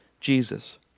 Jesus